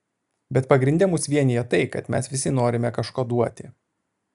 bet pagrinde mus vienija tai kad mes visi norime kažką duoti